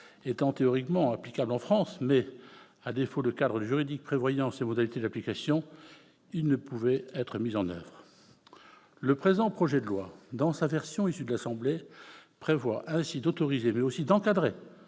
était théoriquement applicable en France mais, à défaut de cadre juridique prévoyant ses modalités d'application, il ne pouvait être mis en oeuvre. Le présent projet de loi, dans sa version issue de l'Assemblée nationale, prévoit ainsi d'autoriser mais aussi d'encadrer